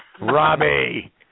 Robbie